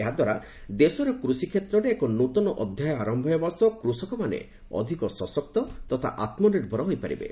ଏହାଦ୍ୱାରା ଦେଶର କୃଷିକ୍ଷେତ୍ରରେ ଏକ ନ୍ତନ ଅଧ୍ୟାୟ ଆରମ୍ଭ ହେବା ସହ କୃଷକମାନେ ଅଧିକ ସଶକ୍ତ ତଥା ଆତ୍ମନିର୍ଭର ହୋଇପାରିବେ